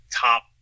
top